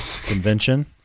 convention